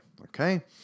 okay